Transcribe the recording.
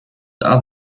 are